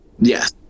yes